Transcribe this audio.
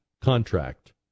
contract